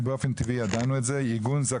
למצב שבו לא יהיה אחד מנכי צה"ל מכל הסוגים,